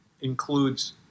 includes